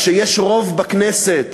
כשיש רוב בכנסת,